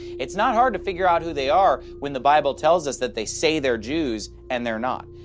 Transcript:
it's not hard to figure out who they are when the bible tells us that they say they're jews, and they're not.